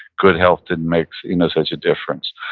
good health didn't make you know such a difference.